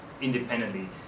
independently